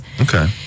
Okay